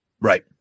right